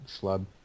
schlub